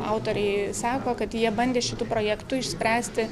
autoriai sako kad jie bandė šitu projektu išspręsti